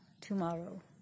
tomorrow